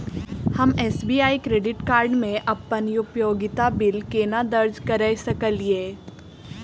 हम SBI credit card मे अप्पन उपयोगिता बिल केना दर्ज करऽ सकलिये?